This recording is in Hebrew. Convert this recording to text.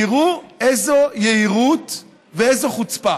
תראו איזו יהירות ואיזו חוצפה.